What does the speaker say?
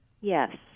Yes